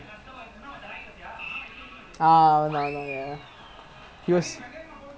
ya ya got those like farid alan nurul zihan tarnish all lah